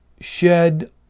shed